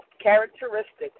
characteristics